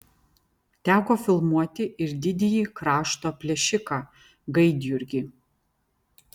teko filmuoti ir didįjį krašto plėšiką gaidjurgį